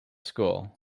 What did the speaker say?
school